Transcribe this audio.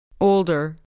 Older